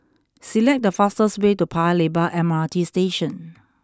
select the fastest way to Paya Lebar M R T Station